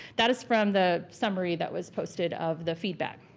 that is from the summary that was posted of the feedback.